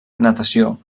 natació